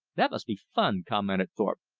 that must be fun, commented thorpe.